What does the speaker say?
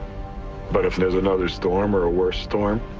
but if there's another storm or a worse storm?